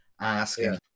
asking